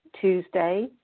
Tuesday